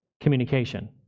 communication